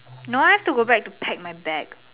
no I have to go back to pack my bag